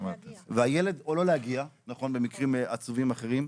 או לא להגיע, נכון, במקרים עצובים אחרים.